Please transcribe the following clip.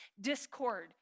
Discord